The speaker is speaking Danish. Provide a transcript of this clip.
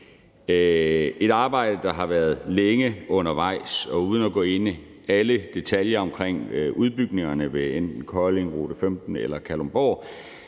et arbejde, der har været længe undervejs, og uden at gå ind i alle detaljer omkring udbygningerne ved enten Kolding, rute 15 eller Kalundborg